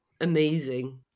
amazing